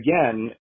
Again